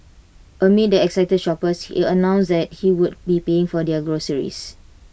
amid the excited shoppers he announced that he would be paying for their groceries